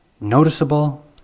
noticeable